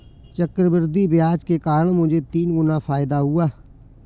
चक्रवृद्धि ब्याज के कारण मुझे तीन गुना फायदा हुआ